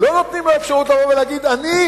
לא נותנים לו אפשרות לבוא ולהגיד: אני